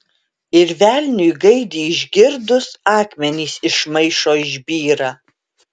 ir velniui gaidį išgirdus akmenys iš maišo išbyra